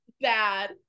Bad